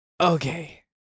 Okay